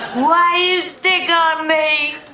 why take um me